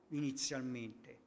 inizialmente